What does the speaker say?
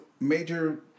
major